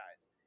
guys